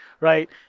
Right